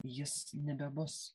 jis nebebus